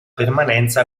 permanenza